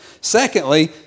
Secondly